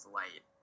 light